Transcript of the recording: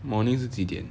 morning 是几点